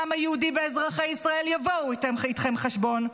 העם היהודי ואזרחי ישראל יבואו אתכם חשבון,